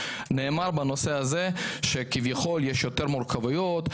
נאמר בנושא הזה שכביכול יש יותר מורכבויות,